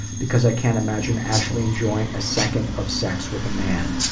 because i can't imagine actually enjoying a second of sex with a man.